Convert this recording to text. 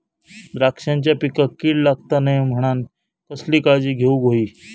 द्राक्षांच्या पिकांक कीड लागता नये म्हणान कसली काळजी घेऊक होई?